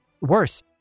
Worse